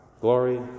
glory